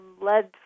led